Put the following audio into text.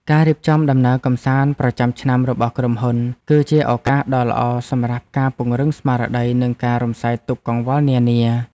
ការរៀបចំដំណើរកម្សាន្តប្រចាំឆ្នាំរបស់ក្រុមហ៊ុន គឺជាឱកាសដ៏ល្អសម្រាប់ការពង្រឹងស្មារតីនិងការរំសាយទុក្ខកង្វល់នានា។